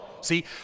See